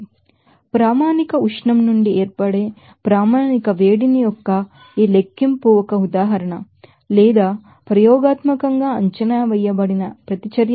standard heat నుండి ఏర్పడే standard heat యొక్క ఈ లెక్కింపుకు ఒక ఉదాహరణ చూదాం లేదా ప్రయోగాత్మకంగా అంచనా వేయబడిన రియాక్షన్స్